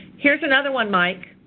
here's another one, mike.